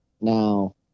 Now